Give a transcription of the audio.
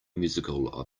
musical